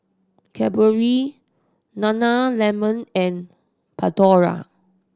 Cadbury Nana Lemon and Pandora